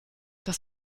das